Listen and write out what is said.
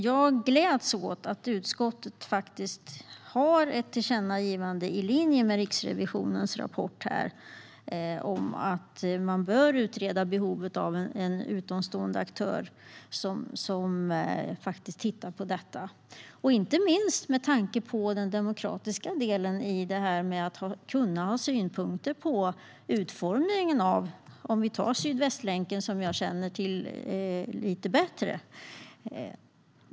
Jag gläds åt att utskottet föreslår ett tillkännagivande, i linje med Riksrevisionens rapport, om att man bör utreda behovet av att en utomstående aktör tittar på detta. Det gäller inte minst med tanke på den demokratiska delen, till exempel att kunna ha synpunkter på utformningen av Sydvästlänken, som jag känner till lite bättre.